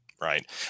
Right